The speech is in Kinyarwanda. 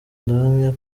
ndahamya